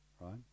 right